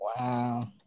Wow